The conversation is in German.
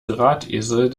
drahtesel